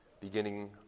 beginning